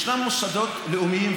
ישנם מוסדות לאומיים,